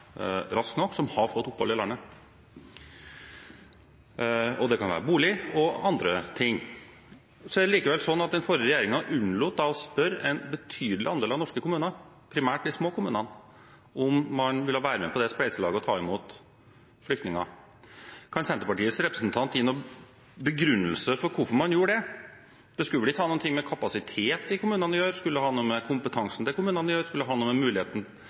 raskt nok flyktninger som har fått opphold i landet. Det kan dreie seg om bolig og andre ting. Det er likevel slik at den forrige regjeringen unnlot å spørre en betydelig andel av norske kommuner – primært de små – om man ville være med på dette spleiselaget og ta imot flyktninger. Kan Senterpartiets representant gi noen begrunnelse for hvorfor man gjorde det? Det skulle vel ikke ha noe å gjøre med kommunenes kapasitet, kommunenes kompetanse, deres mulighet til å skaffe bolig – at det var størrelsen i seg selv som hadde noe